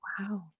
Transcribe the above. Wow